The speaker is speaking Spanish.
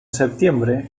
septiembre